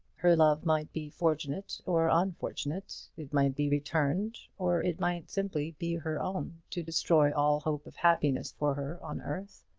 her love might be fortunate or unfortunate. it might be returned, or it might simply be her own, to destroy all hope of happiness for her on earth.